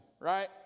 right